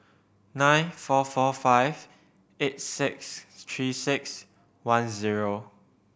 nine four four five eight six Three Six One zero